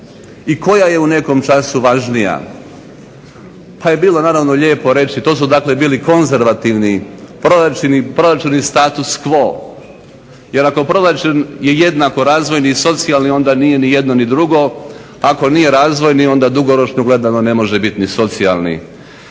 i koja je u nekom času važnija. Pa je bilo naravno lijepo reći, to su dakle bili konzervativni proračuni, proračuni status quo. Jer ako proračun je jednako razvojni i socijalni onda nije ni jedno ni drugo. Ako nije razvojni, onda dugoročno gledano ne može biti ni socijalni.